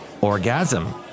orgasm